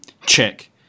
check